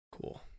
cool